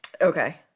okay